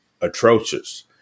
atrocious